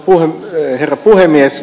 arvoisa herra puhemies